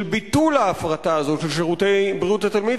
לביטול ההפרטה הזאת של שירותי בריאות התלמיד